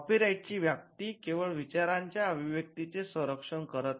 कॉपीराइटची व्याप्ती केवळ विचारांच्या अभिव्यक्तींचे संरक्षण करते